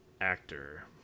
actor